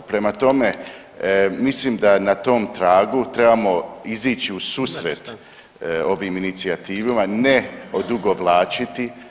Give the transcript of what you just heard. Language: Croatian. Prema tome, mislim da na tom tragu trebamo izići u susret ovim inicijativama, ne odugovlačiti.